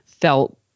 felt